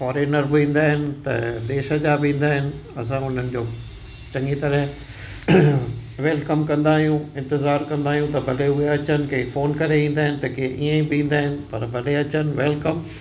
foreigner बि ईंदा आहिनि त देश जा बि ईंदा आहिनि असां उन्हनि जो चङी तरह वेलकम कंदा आहियूं इंतज़ार कंदा आहियूं त भले उहे अचनि कि फ़ोन करे ईंदा आहिनि त कंहिं इयं ई बि ईंदा आहिनि पर भले अचनि वेलकम